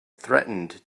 threatened